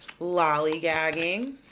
lollygagging